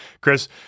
Chris